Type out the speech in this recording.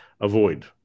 avoid